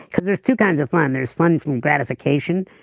because there's two kinds of fun. there's fun from gratification,